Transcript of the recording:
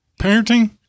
parenting